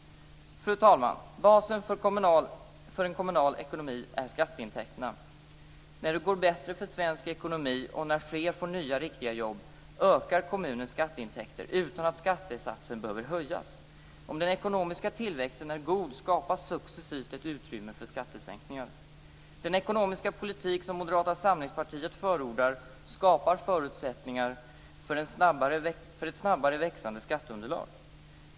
Fru talman! Basen för kommunal ekonomi är skatteintäkterna. När det går bättre för svensk ekonomi och när fler får nya riktiga jobb ökar kommunens skatteintäkter utan att skattesatsen behöver höjas. Om den ekonomiska tillväxten är god skapas successivt ett utrymme för skattesänkningar. Den ekonomiska politik som Moderata samlingspartiet förordar skapar förutsättningar för ett snabbare växande skatteunderlag.